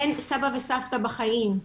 אין סבא וסבתא בחיים,